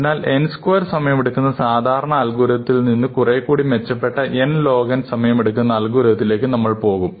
അതിനാൽ n square സമയമെടുക്കുന്ന സാധാരണ അൽഗോരിതത്തിൽനിന്നു കുറേക്കൂടി മെച്ചപ്പെട്ട n log n സമയമെടുക്കുന്ന അൽഗോരിതത്തിലേക്ക് നമ്മൾ പോകും